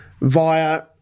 via